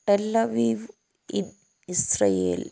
tell Aviv in Israel